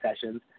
sessions